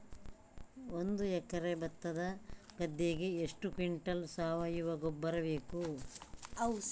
ಒಂದು ಎಕರೆ ಭತ್ತದ ಗದ್ದೆಗೆ ಎಷ್ಟು ಕ್ವಿಂಟಲ್ ಸಾವಯವ ಗೊಬ್ಬರ ಬೇಕು?